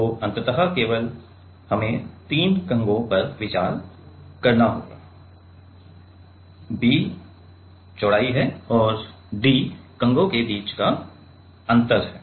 तो अंततः हमें केवल 3 कंघों पर विचार करना होगा B चौड़ाई है और D कंघी के बीच का अंतर है